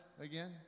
again